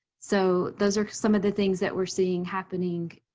so those are some of the things that we're seeing happening